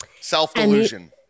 Self-delusion